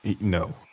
No